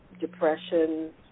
depression